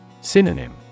Synonym